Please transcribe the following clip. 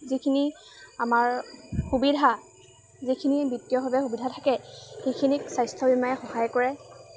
যিখিনি আমাৰ সুবিধা যিখিনি বিত্তীয়ভাৱে সুবিধা থাকে সেইখিনিক স্বাস্থ্য বীমায়ে সহায় কৰে